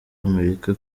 amerika